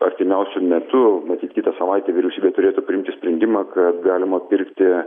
artimiausiu metu matyt kitą savaitę vyriausybė turėtų priimti sprendimą kad galima pirkti